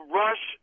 rush